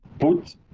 put